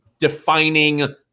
defining